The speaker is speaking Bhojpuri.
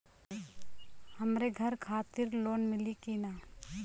हमरे घर खातिर लोन मिली की ना?